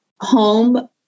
home